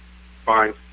fine